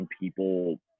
people